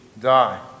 die